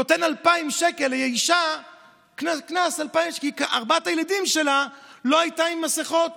שנותן 2,000 שקל קנס לאישה שארבעת הילדים שלה לא היו עם מסכות.